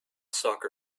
soccer